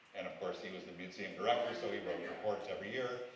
and, of course, he was the museum director so he wrote reports every year,